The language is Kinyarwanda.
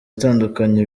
itandukanye